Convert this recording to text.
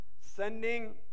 sending